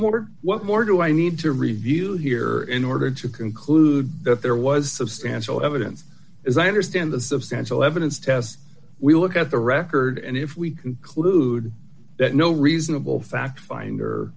more what more do i need to review here in order to conclude if there was substantial evidence as i understand the substantial evidence to as we look at the record and if we conclude that no reasonable fact finder